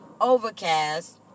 Overcast